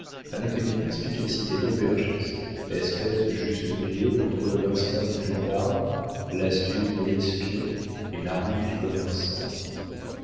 avec une perspicacité d'aubergiste espèce de juste milieu entre l'instinct du gendarme l'astuce de l'espion et la ruse du commerçant